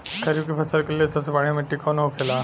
खरीफ की फसल के लिए सबसे बढ़ियां मिट्टी कवन होखेला?